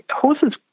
horses